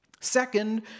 Second